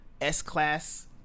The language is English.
S-Class